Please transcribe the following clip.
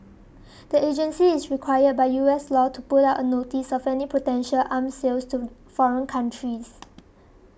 the agency is required by U S law to put up a notice of any potential arm sales to foreign countries